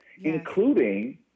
including